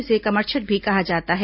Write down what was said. इसे कमरछठ भी कहा जाता है